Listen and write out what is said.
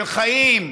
של חיים,